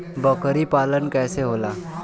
बकरी पालन कैसे होला?